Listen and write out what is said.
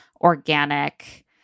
organic